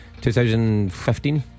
2015